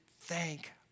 thank